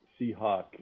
Seahawk